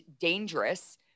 dangerous